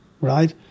right